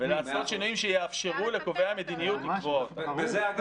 אפשר לפטר אותו, לא?